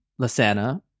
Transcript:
Lasana